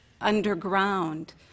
underground